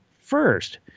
first